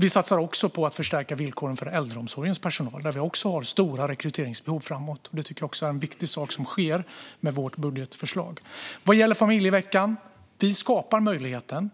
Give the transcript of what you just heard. Vi satsar också på att förstärka villkoren för äldreomsorgens personal där vi också har stora rekryteringsbehov framåt. Det är en viktig sak som sker med vårt budgetförslag. Vad gäller familjeveckan skapar vi möjligheten